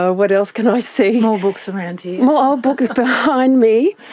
ah what else can i see? more books around here. more ah books behind me.